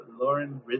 Lauren